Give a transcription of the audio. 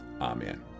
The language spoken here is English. Amen